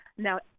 Now